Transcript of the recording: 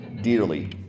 dearly